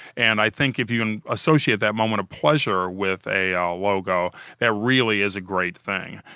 and, i think if you and associate that moment of pleasure with a a logo, that really is a great thing.